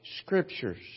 scriptures